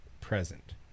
present